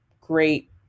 great